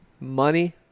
money